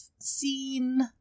seen